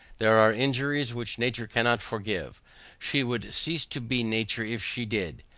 there are injuries which nature cannot forgive she would cease to be nature if she did.